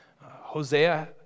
Hosea